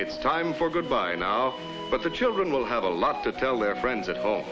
it's time for good bye now but the children will have a lot to tell their friends a